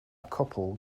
couple